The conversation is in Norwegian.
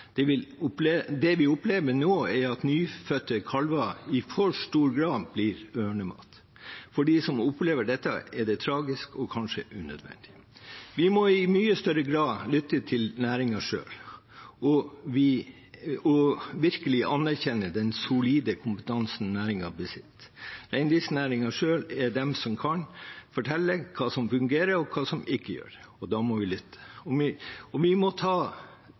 Det vi opplever nå, er at nyfødte kalver i for stor grad blir ørnemat. For dem som opplever dette, er det tragisk og kanskje unødvendig. Vi må i mye større grad lytte til næringen selv og virkelig anerkjenne den solide kompetansen næringen besitter. Reindriftsnæringen selv er den som kan fortelle hva som fungerer, og hva som ikke gjør det – og da må vi lytte. Vi må ta inn deres kompetanse på samme måte som man på andre felt har ekspertutvalg og